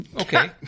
Okay